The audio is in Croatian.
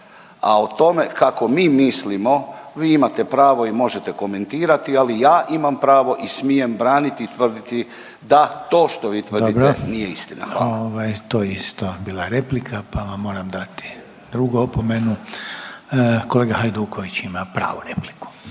a o tome kako mi mislimo vi imate pravo i možete komentirati, ali ja imam pravo i smijem braniti i tvrditi da to što vi tvrdite …/Upadica Željko Reiner: Dobro./… nije istina. **Reiner, Željko (HDZ)** Ovaj to je isto bila replika pa vam moram dati drugu opomenu. Kolega Hajduković ima pravu repliku.